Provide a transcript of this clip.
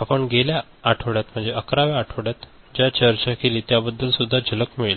आपण गेल्या आठवड्यात 11 व्या आठवड्यात ज्या चर्चा केली त्याबद्दल सुद्धा झलक मिळेल